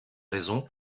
raison